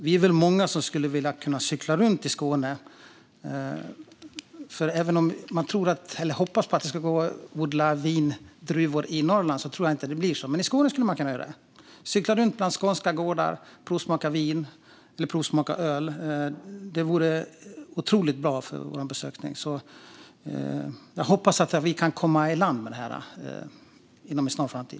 Vi är många som skulle vilja ha möjlighet att cykla runt bland skånska gårdar och provsmaka vin eller öl. Även om man hoppas på att det ska gå att odla vindruvor i Norrland tror jag inte att det blir så, men i Skåne skulle man kunna göra det. Detta skulle vara otroligt bra för vår besöksnäring. Jag hoppas därför att vi kan komma i land med detta inom en snar framtid.